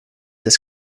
des